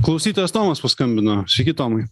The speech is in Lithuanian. klausytojas tomas paskambino sveiki tomai